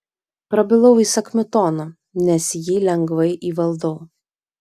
prabilau įsakmiu tonu nes jį lengvai įvaldau